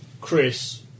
Chris